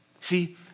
See